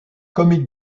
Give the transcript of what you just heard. comic